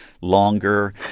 longer